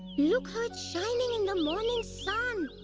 look how it's shining in the morning sun!